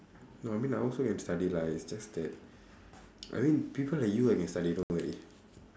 no I mean I also can study lah it's just that I mean people like you I can study don't worry